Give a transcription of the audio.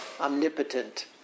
omnipotent